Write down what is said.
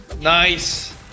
Nice